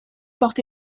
porte